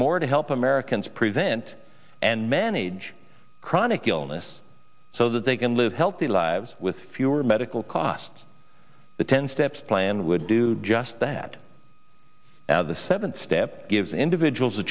more to help americans present and manage chronic illness so that they can live healthy lives with fewer medical costs ten steps plan would do just that now the seventh step gives individuals